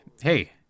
hey